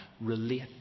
relate